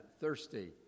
thirsty